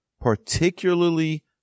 particularly